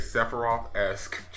Sephiroth-esque